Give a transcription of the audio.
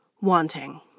wanting